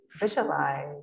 visualize